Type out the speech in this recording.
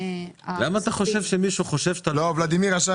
למה אתה חושב שמישהו חושב שאתה לא הוגן?